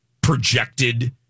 projected